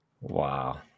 Wow